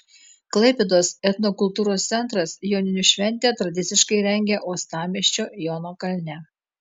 klaipėdos etnokultūros centras joninių šventę tradiciškai rengia uostamiesčio jono kalne